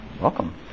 Welcome